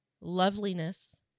loveliness